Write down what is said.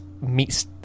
meets